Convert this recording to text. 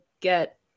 get